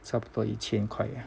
差不多一千块